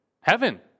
heaven